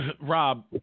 Rob